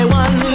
one